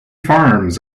farms